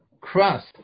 crust